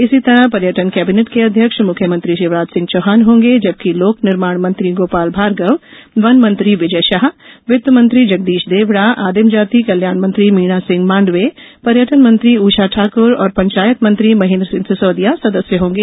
इसी तरह पर्यटन कैबिनेट के अध्यक्ष मुख्यमंत्री शिवराज सिंह चौहान होंगे जबकि लोक निर्माण मंत्री गोपाल भार्गव वन मंत्री विजय शाह वित्तमंत्री जगदीश देवड़ा आदिमजाति कल्याण मंत्री मीणा सिंह मांडवे पर्यटन मंत्री ऊषा ठाकुर और पंचायत मंत्री महेन्द्र सिंह सिसोदिया सदस्य होंगे